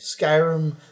Skyrim